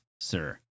sir